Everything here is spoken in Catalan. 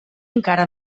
encara